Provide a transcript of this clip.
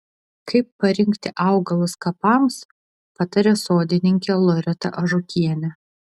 kaip parinkti augalus kapams pataria sodininkė loreta ažukienė